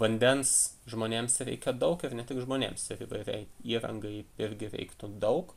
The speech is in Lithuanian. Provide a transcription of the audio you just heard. vandens žmonėms reikia daug ir ne tik žmonėms įvairiai įrangai irgi reiktų daug